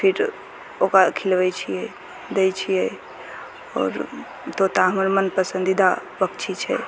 आओर फिर ओकरा खिलबै छियै देइ छियै आओर तोता हमर मनपसन्दीदा पक्षी छै